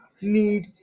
need